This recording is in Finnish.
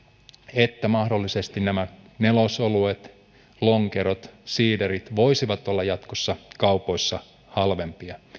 että mahdollisesti nämä nelosoluet lonkerot siiderit voisivat olla jatkossa kaupoissa halvempia